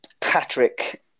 Patrick